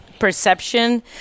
perception